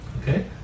okay